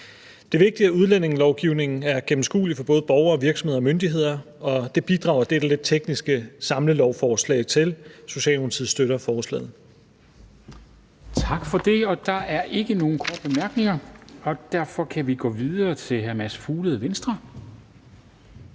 er vigtigt, at udlændingelovgivningen er gennemskuelig for både borgere, virksomheder og myndigheder, og det bidrager dette lidt tekniske samlelovforslag til. Socialdemokratiet støtter forslaget.